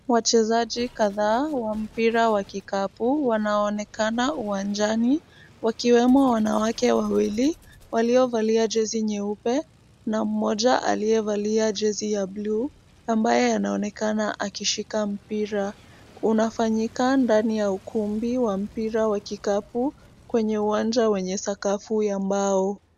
Wachezaji kadhaa wa mpira wa kikapu wanaonekana uwanjani, wakiwemo wanawake wawili waliovalia jezi nyeupe na mmoja aliyevalia jezi ya blue , ambaye anaonekana akishika mpira. Unafanyika ndani ya ukumbi wa mpira wa kikapu, kwenye uwanja wenye sakafu ya mbao.